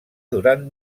durant